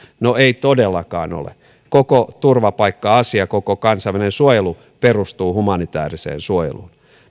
no ei todellakaan ole koko turvapaikka asia koko kansainvälinen suojelu perustuu humanitääriseen suojeluun